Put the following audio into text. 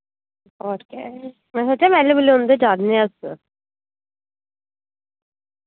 होर केह् में सोचेआ बेह्ले बुह्ले उं'दे जा'रने आं अस